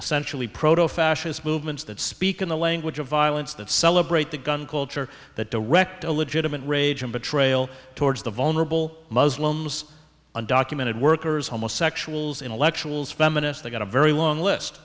essentially pro fascist movements that speak in the language of violence that celebrate the gun culture that direct a legitimate rage and betrayal towards the vulnerable muslims undocumented workers homosexuals intellectuals feminists they've got a very long list